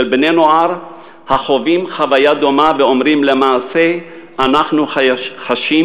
של בני-נוער החווים חוויה דומה ואומרים: למעשה אנחנו חשים